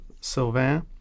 Sylvain